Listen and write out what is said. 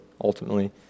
ultimately